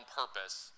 purpose